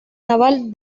naval